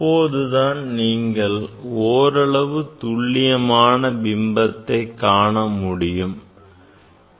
அப்போதுதான் நீங்கள் ஓரளவு துல்லியமான பிம்பத்தை காண முடியும்